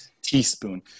teaspoon